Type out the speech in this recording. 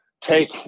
take